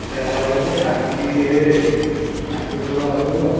ତା'ପରେ ଲଗ ଟାଙ୍କି ହୋଇଯାଇଛି ଟାଙ୍କିରୁ ସବୁ ଆସିବ